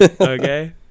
okay